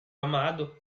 amado